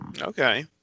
Okay